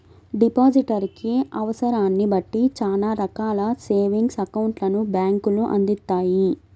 depositor కి అవసరాన్ని బట్టి చానా రకాల సేవింగ్స్ అకౌంట్లను బ్యేంకులు అందిత్తాయి